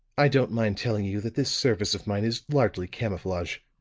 i don't mind telling you that this service of mine is largely camouflage.